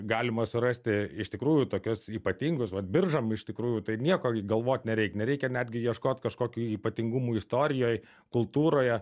galima surasti iš tikrųjų tokius ypatingus vat biržam iš tikrųjų tai nieko galvot nereik nereikia netgi ieškot kažkokių ypatingumų istorijoj kultūroje